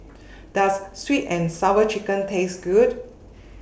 Does Sweet and Sour Chicken Taste Good